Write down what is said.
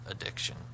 addiction